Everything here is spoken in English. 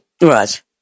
Right